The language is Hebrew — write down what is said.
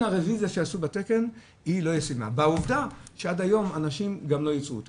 הרביזיה שעשו בתקן היא לא ישימה ועובדה שעד היום אנשים גם לא ייצרו אותו.